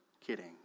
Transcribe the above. kidding